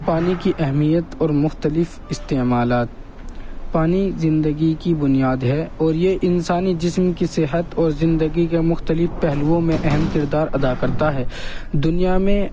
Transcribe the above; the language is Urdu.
پانی کی اہمیت اور مختلف استعمالات پانی زندگی کی بنیاد ہے اور یہ انسانی جسم کی صحت اور زندگی کے مختلف پہلوؤں میں اہم کردار ادا کرتا ہے دنیا میں